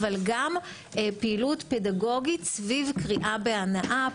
אבל גם פעילות פדגוגית סביב קריאה בהנאה,